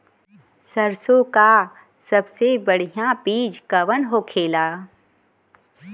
सरसों का सबसे बढ़ियां बीज कवन होखेला?